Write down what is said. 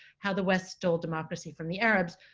how the west stole democracy from the arabs,